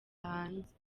hanze